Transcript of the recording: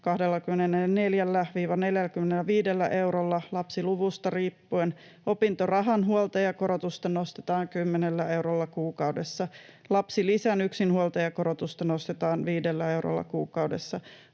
24—45 eurolla lapsiluvusta riippuen, opintorahan huoltajakorotusta nostetaan 10 eurolla kuukaudessa, lapsilisän yksinhuoltajakorotusta nostetaan 5 eurolla kuukaudessa,